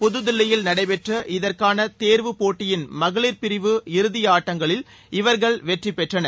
புதுதில்லியில் நடைபெற்ற இதற்கான தேர்வு போட்டியின் மகளிர் பிரிவு இறுதியாட்டங்களில் இவர்கள் வெற்றி பெற்றனர்